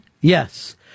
Yes